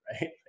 right